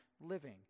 living